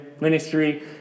ministry